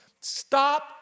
stop